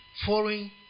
following